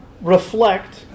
reflect